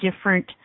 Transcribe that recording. different